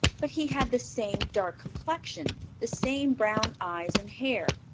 but he had the same dark complexion, the same brown eyes and hair,